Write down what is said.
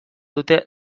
dute